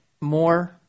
more